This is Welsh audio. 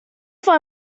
fwy